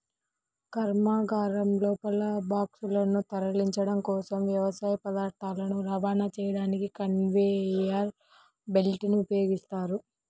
కర్మాగారం లోపల బాక్సులను తరలించడం కోసం, వ్యవసాయ పదార్థాలను రవాణా చేయడానికి కన్వేయర్ బెల్ట్ ని ఉపయోగిస్తారు